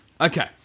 Okay